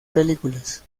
películas